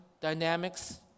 dynamics